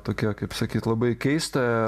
tokia kaip sakyt labai keista